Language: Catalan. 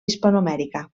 hispanoamèrica